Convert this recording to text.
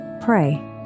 pray